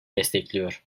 destekliyor